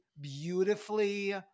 beautifully